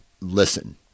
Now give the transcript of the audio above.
listen